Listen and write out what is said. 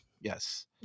Yes